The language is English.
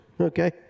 okay